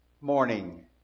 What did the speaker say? morning